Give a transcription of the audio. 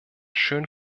schön